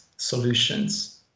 solutions